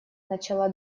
начала